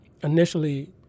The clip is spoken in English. Initially